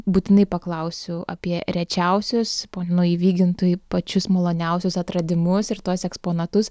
būtinai paklausiu apie rečiausius ponui vygintui pačius maloniausius atradimus ir tuos eksponatus